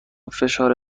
فشار